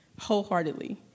wholeheartedly